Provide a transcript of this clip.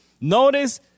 Notice